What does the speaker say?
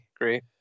great